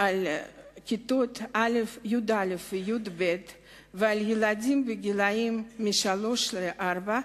על כיתות י"א וי"ב ועל ילדים בני שלוש-ארבע,